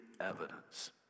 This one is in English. evidence